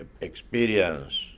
experience